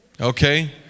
Okay